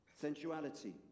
sensuality